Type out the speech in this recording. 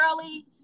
early